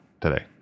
today